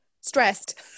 Stressed